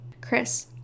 Chris